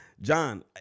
John